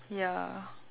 ya